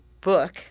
book